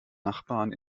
nachbarn